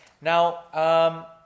Now